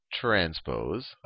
transpose